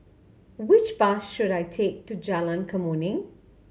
which bus should I take to Jalan Kemuning